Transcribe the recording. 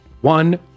one